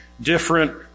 different